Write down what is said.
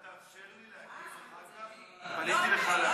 תודה.